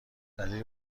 دلیلی